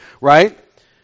right